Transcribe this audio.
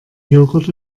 joghurt